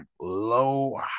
low